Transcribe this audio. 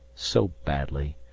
so badly,